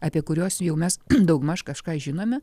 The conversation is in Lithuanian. apie kuriuos jau mes daugmaž kažką žinome